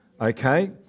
Okay